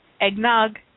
Eggnog